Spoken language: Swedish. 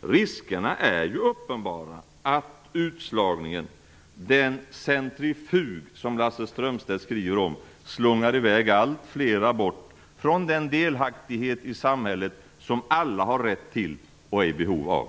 Riskerna är ju uppenbara att utslagningen, den "centrifug" som Lasse Strömstedt skriver om, slungar i väg alltfler bort från den delaktighet i samhället som alla har rätt till och är i behov av.